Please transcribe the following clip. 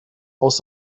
aus